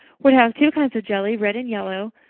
we're to have two kinds of jelly, red and yellow,